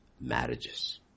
marriages